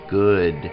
good